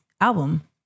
album